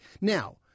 Now